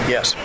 Yes